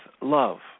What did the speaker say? love